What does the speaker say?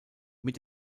mit